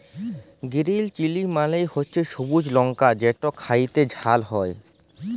গিরিল chilli মালে হছে সবুজ লংকা যেট খ্যাইতে ঝাল হ্যয়